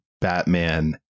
Batman